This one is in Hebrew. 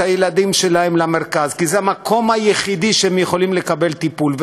הילדים שלהם למרכז כי זה המקום היחיד שבו הם יכולים לקבל טיפול,